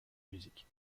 musique